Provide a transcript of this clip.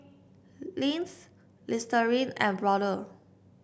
Lindt Listerine and Brother